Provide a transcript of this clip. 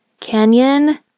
Canyon